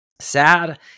sad